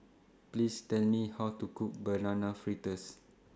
Please Tell Me How to Cook Banana Fritters